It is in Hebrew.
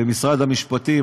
במשרד המשפטים,